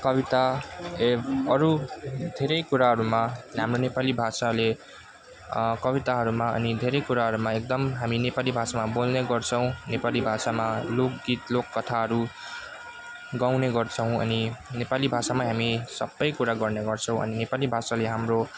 कविता एभ अरू धेरै कुराहरूमा हाम्रो नेपाली भाषाले कविताहरूमा धेरै कुराहरूमा एकदम हामी नेपाली भाषामा बोल्ने गर्छौँ नेपाली भाषामा लोकगीत लोककथाहरू गाउने गर्छौँ अनि नेपाली भाषामा हामी सब कुरा गर्ने गर्छौँ अनि नेपाली भाषाले हाम्रो